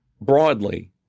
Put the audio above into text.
broadly